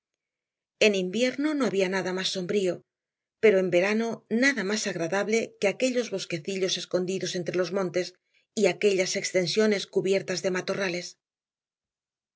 en invierno no había nada más sombrío pero en verano nada más agradable que aquellos bosquecillos escondidos entre los montes y aquellas extensiones cubiertas de matorrales